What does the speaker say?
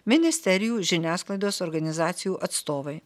ministerijų žiniasklaidos organizacijų atstovai